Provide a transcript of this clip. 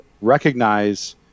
recognize